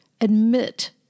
Admit